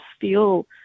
feel